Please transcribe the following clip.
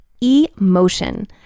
emotion